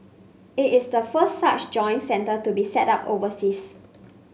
it is the first such joint centre to be set up overseas